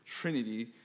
Trinity